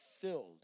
filled